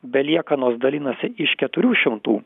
be liekanos dalinasi iš keturių šimtų